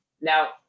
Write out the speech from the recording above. now